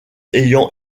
ayant